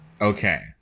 Okay